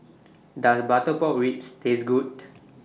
Does Butter Pork Ribs Taste Good